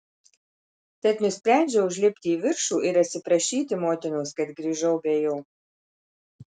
tad nusprendžiau užlipti į viršų ir atsiprašyti motinos kad grįžau be jo